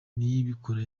niyibikora